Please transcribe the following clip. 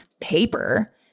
paper